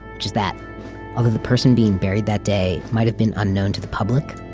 just that although the person being buried that day might have been unknown to the public,